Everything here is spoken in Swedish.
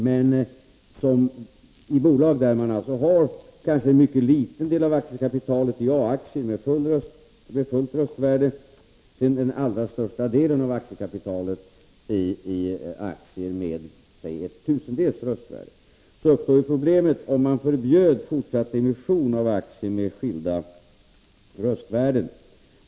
För bolag där man kanske har en mycket liten del av aktiekapitalet i A-aktier med fullt röstvärde och den allra största delen av aktiekapitalet i aktier med t.ex. en tusendels röstvärde kan ett förbud mot fortsatt emission av aktier med skilda röstvärden medföra problem.